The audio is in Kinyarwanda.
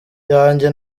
yanjye